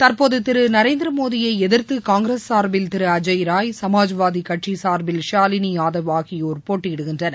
தற்போதுதிருநரேந்திரமோடியைஎதிர்துகாங்கிரஸ் சார்பில் திருஅஜய்ராய் சமாஜ்வாதிகட்சிசார்பில் ஷாலினியாதவ் ஆகியோர் போட்டியிடுகின்றனர்